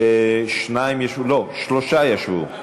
שלושה ישבו.